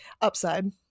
upside